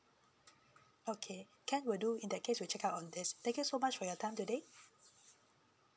okay can will do in that case we'll check out on this thank you so much for your time today